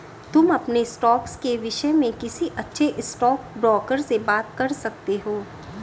तुम अपने स्टॉक्स के विष्य में किसी अच्छे स्टॉकब्रोकर से बात कर सकते हो